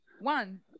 One